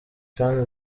kandi